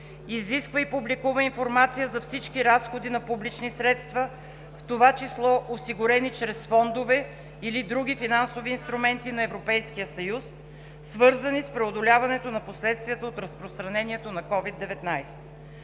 Изисква и публикува информация за всички разходи на публични средства, в това число осигурени чрез фондове или други финансови инструменти на Европейския съюз, свързани с преодоляването на последствията от разпространението на COVID 19.